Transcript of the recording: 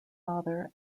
father